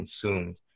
consumed